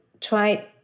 try